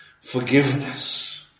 forgiveness